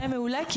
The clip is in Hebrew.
מעולה מעולה,